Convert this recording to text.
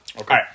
Okay